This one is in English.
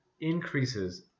increases